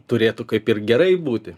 turėtų kaip ir gerai būti